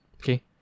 okay